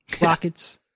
Rockets